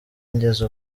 ngeze